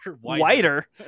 Whiter